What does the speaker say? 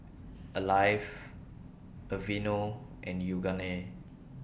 Alive Aveeno and Yoogane